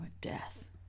death